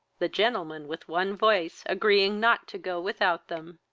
the gentlemen with one voice agreeing not to go without them.